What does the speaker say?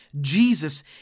Jesus